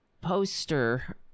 poster